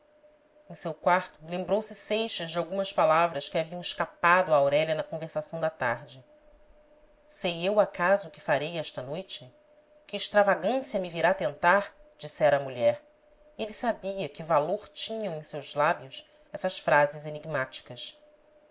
em seu quarto lembrou-se seixas de algumas palavras que haviam escapado a aurélia na conversação da tarde sei eu acaso o que farei esta noite que extravagância me virá tentar dissera a mulher e ele sabia que valor tinham em seus lábios essas frases enigmáticas